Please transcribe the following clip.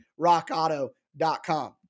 rockauto.com